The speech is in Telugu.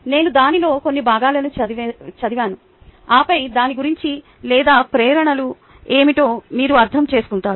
నేను దానిలోని కొన్ని భాగాలను చదివాను ఆపై దాని గురించి లేదా ప్రేరణలు ఏమిటో మీరు అర్థం చేసుకుంటారు